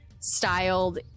styled